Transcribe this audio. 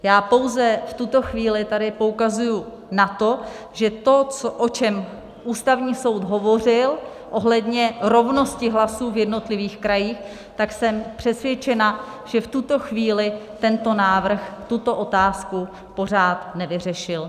Já pouze v tuto chvíli tady poukazuji na to, že to, o čem Ústavní soud hovořil ohledně rovnosti hlasů v jednotlivých krajích, tak jsem přesvědčena, že v tuto chvíli tento návrh tuto otázku pořád nevyřešil.